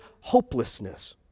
hopelessness